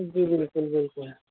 جی بالکل بالکل